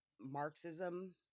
Marxism